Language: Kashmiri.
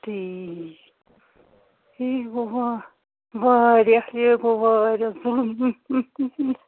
ٹھیٖک ٹھیٖک گوٚو وا واریاہ یے گوٚو واریاہ ظُلُم